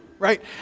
Right